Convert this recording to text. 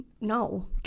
No